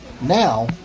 Now